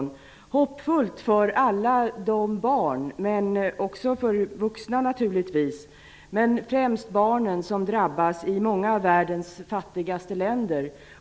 Det är hoppfullt för alla de barn naturligtvis även för vuxna -- som drabbas i många av världens fattigaste länder.